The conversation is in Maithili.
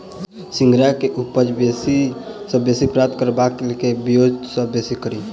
सिंघाड़ा केँ उपज बेसी सऽ बेसी प्राप्त करबाक लेल केँ ब्योंत सऽ खेती कड़ी?